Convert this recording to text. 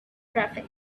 traffic